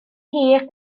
hir